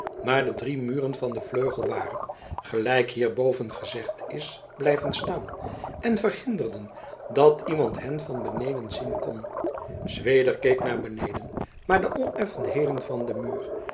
maar de drie muren van den vleugel waren gelijk hierboven gezegd is blijven staan en verhinderden dat iemand hen van beneden zien kon zweder keek naar beneden maar de oneffenheden van den muur